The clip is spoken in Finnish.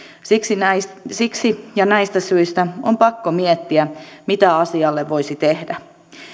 siksi ja näistä syistä on pakko miettiä mitä asialle voisi tehdä